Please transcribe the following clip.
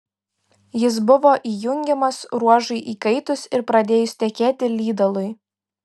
jis buvo įjungiamas ruožui įkaitus ir pradėjus tekėti lydalui